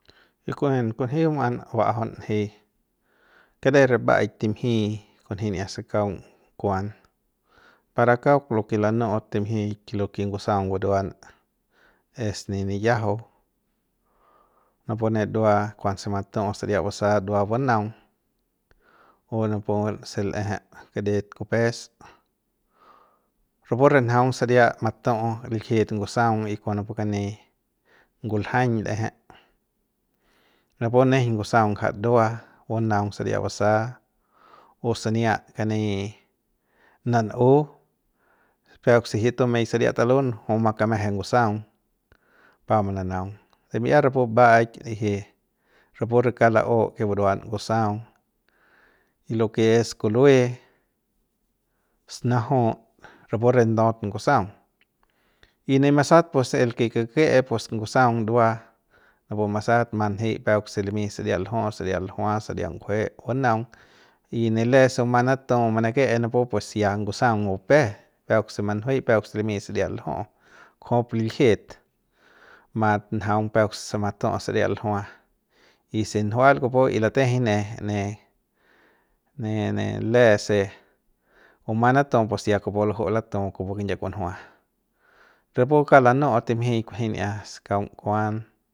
Kunji an kunji man baꞌajaun nji karer mbaꞌaik timjiꞌi kunjia se kaung kuan para kauk lo ke lanuꞌut timjik lo ke ngusaꞌung buruan es ne niyajau napune ndua kuanse matuꞌu saria basa ndua banaung o napuse lꞌejep karit kupes rapu re njaung saria matuꞌu liljit ngusaꞌung y kon napu kani nguljaiñ lꞌejei napu njeiñ ngusaꞌung gnja ndua banaung saria basa o sania kani nanꞌu peuk se jiuk tumei sariat talun jui ma kameje ngusaung pa mananaung de miꞌiat rapu mbaꞌaik liji rapu re kauk laꞌu ke buruan ngusaung y lo ke es kuluꞌe snajut rapu re ndaut ngusaung y ne masat el ke kakeꞌe pus ngusaung ndua napu masap ma njei peuk se limi saria ljuꞌu saria ljua saria ngujue bunaung y ne le se bumang manatu manakeꞌe napu pus ya ngusaung bupe peuk se manjuei peuk se limi saria ljuꞌu kujup liljit mat njaung peuk se matuꞌu saria ljua y si njual kupu y latejei ne ne ne ne le se bumang natu pus ya kupu lajuꞌu latu kupu kinyie kunjua rapu kauk lanuꞌu timjik kunjiꞌia se kaung kuam.